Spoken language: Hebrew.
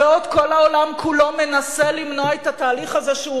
בעוד כל העולם כולו מנסה למנוע את התהליך הזה באו"ם,